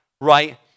right